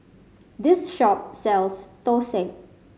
this shop sells thosai